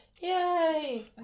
Yay